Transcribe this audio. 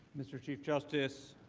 mr. chief justice.